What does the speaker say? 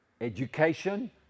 Education